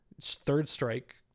third-strike